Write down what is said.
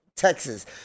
Texas